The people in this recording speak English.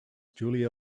julia